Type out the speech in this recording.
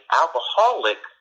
alcoholic